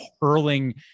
hurling